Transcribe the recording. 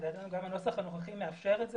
לדעתנו גם הנוסח הנוכחי מאפשר את זה